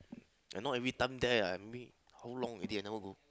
I not every time there lah I meet how long already I never go